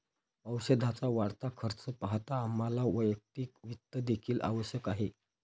औषधाचा वाढता खर्च पाहता आम्हाला वैयक्तिक वित्त देखील आवश्यक आहे